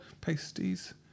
Pasties